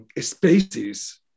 spaces